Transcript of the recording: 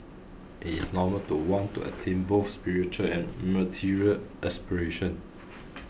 it is normal to want to attain both spiritual and material aspirations